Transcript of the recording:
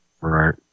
Right